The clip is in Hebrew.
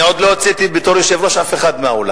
אני עוד לא הוצאתי בתור יושב-ראש אף אחד מהאולם,